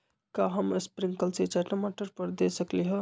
का हम स्प्रिंकल सिंचाई टमाटर पर दे सकली ह?